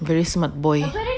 very smart boy